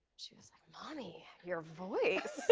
she was like, mommy, your voice.